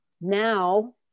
Now